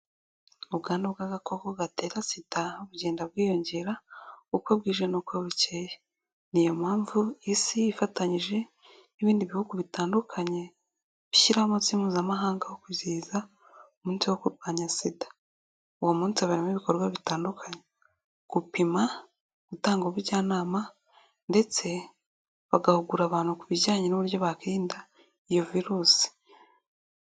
Ubwandu bw'agakoko gatera sida bugenda bwiyongera uko bwije n'uko bukeye, niyo mpamvu isi ifatanyije n'ibindi bihugu bitandukanye gushyiraho umunsi mpuzamahanga wo kwizihiza umunsi wo kurwanya sida, uwo munsi uberamo ibikorwa bitandukanye gupima, gutanga ubujyanama, ndetse bagahugura abantu ku bijyanye n'uburyo bakwirinda iyo virusi.